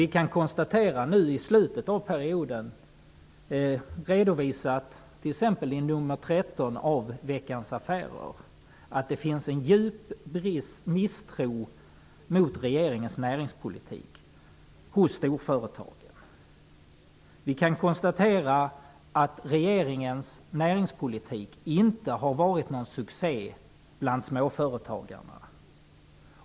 Vi kan nu i slutet av perioden konstatera -- det redovisas t.ex. i nr 13 av Veckans Affärer -- att det finns en djup misstro mot regeringens näringspolitik hos storföretagen. Vi kan också konstatera att regeringens näringspolitik inte har varit någon succé bland småföretagarna.